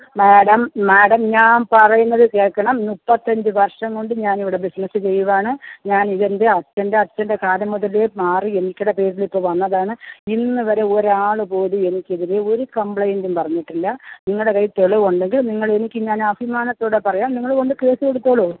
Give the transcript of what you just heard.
madam madam ഞാൻ പറയുന്നത് കേൾക്കണം മുപ്പത്തഞ്ച് വർഷം കൊണ്ട് ഞാൻ ഇവിടെ ബിസിനസ് ചെയ്യുവാണ് ഞാൻ ഇതെൻ്റെ അച്ഛൻ്റെ അച്ഛൻ്റെ കാലം മുതലേ മാറി എനിക്കിടെ പേരിൽ ഇപ്പോൾ വന്നതാണ് ഇന്നുവരെ ഒരാൾ പോലും എനിക്കെതിരെ ഒരു കംപ്ലൈൻറ്റും പറഞ്ഞിട്ടില്ല നിങ്ങളുടെ കയ്യിൽ തെളിവുണ്ടെങ്കിൽ നിങ്ങൾ എനിക്ക് ഞാൻ അഭിമാനത്തോടെ പറയാം നിങ്ങൾ കൊണ്ട് കേസ് കൊടുത്തോളൂ